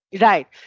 Right